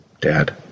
Dad